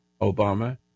Obama